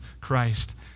Christ